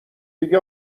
دیگه